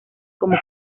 como